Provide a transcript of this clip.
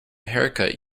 haircut